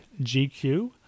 GQ